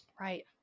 Right